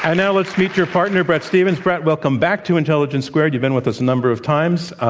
ah now let's meet your partner, bret stephens. bret, welcome back to intelligence squared. you've been with a number of times.